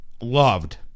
loved